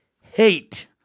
hate